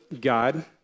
God